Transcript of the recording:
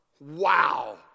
Wow